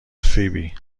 فیبی